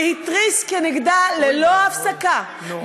והתריס כנגדה ללא הפסקה, אוי ואבוי.